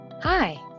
Hi